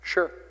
Sure